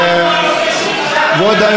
זה לא רלוונטי,